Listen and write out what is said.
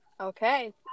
Okay